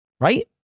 Right